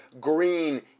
green